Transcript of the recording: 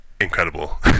incredible